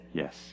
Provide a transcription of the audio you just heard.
yes